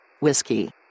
Whiskey